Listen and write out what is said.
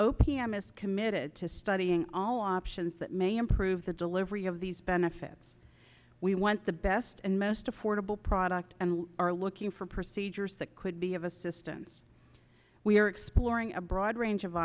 is committed to studying all options that may improve the delivery of these benefits we want the best and most affordable product and we are looking for procedures that could be of assistance we are exploring a broad range of